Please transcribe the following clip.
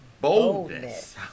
boldness